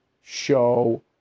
show